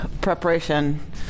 preparation